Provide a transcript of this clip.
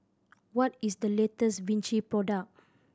what is the latest Vichy product